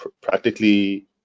practically